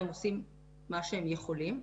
הם עושים מה שהם יכולים,